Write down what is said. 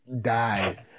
died